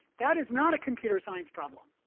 that is not a computer science problem,